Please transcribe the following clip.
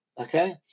okay